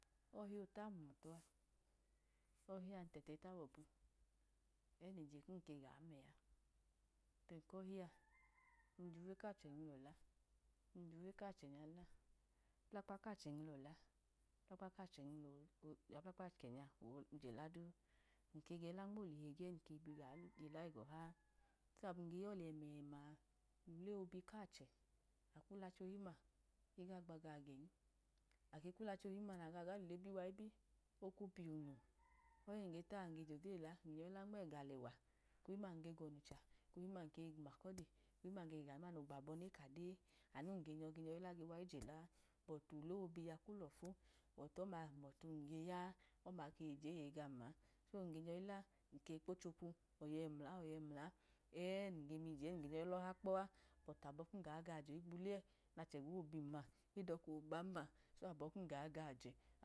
Ọhi ota hunọtu a, ọhi n tẹtẹ geta gbọbu, ẹ niye kum kegu mẹ a, bẹn kọhi a nge juwe kache nyilọ la, ge juwe kachẹ nya la, ja balakpa kachẹ nyilọ la jabulakpa kachẹ nya ladu, nkeyi la nmotihu egeyi mum ke yi bi ga jela ega ọha a, so abum ge yọlẹ emema a, ule obi kachẹ, akwu lachẹ ohim ma ega gba gawọ gẹn, ake kwu lachẹ ohim ma nega lule biyuwa ibi, okwu piyunwalu, ọhi num ge ta nge jodeyi la, nge la nmega alẹwa, ekohim ma nge go nicha, ekohim ma nkeyi gumakọdi, ekohim ma nge gẹga duma nogbabọ neka de, amun ge nyọ ge nyọ yi lawa ijelaa, bọti ule obi a kwu lofu bọti ọma hum o̱tu oya, ọma ge jeye gam ma, nge nyọyi la nge kpochokwu, ọya ẹmula oya ẹmla ẹ num ge miyije nyọyi lọha kpọ a, abọ kum ga ghjẹ ohigbu ule nachẹ gbo biyum ma, edọka ogbam ma so abọ kum ga gaje.